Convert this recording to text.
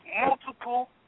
multiple